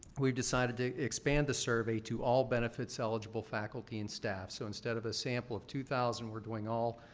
we decided to expand the survey to all benefits-eligible faculty and staff. so, instead of a sample of two thousand, we're doing all,